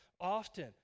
often